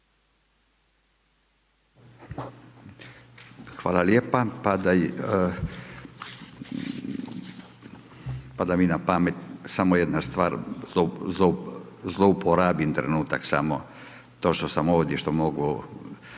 Hvala lijepa. Pada mi na pamet samo jedna stvar, zlouporabim trenutak samo to što sam ovdje, što mogu